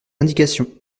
indications